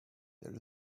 there